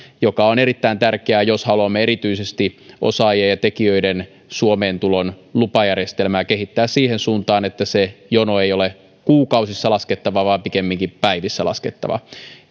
mikä on erittäin tärkeää jos haluamme erityisesti osaajien ja tekijöiden suomeen tulon lupajärjestelmää kehittää siihen suuntaan että se jono ei ole kuukausissa laskettava vaan pikemminkin päivissä laskettava